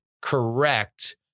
correct